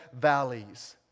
valleys